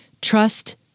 trust